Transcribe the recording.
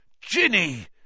Ginny